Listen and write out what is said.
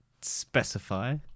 specify